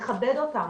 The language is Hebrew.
לכבד אותם,